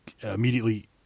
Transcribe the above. immediately